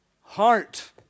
heart